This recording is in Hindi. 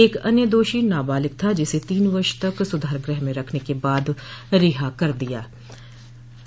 एक अन्य दोषो नाबालिग था जिसे तीन वर्ष तक सुधार गृह में रखने के बाद रिहा कर दिया गया